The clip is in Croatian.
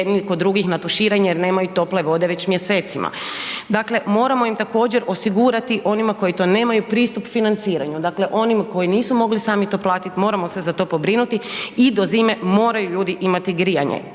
jedni kod drugih na tuširanje jer nemaju tople vode već mjesecima. Dakle, moramo im također osigurati onima koji to nemaju, pristup financiranju, dakle onima koji nisu mogli sami to platit, moramo se za to pobrinuti i do zime moraju ljudi imati grijanje.